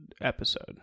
episode